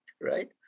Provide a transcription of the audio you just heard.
Right